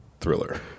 thriller